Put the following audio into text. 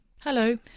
Hello